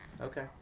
Okay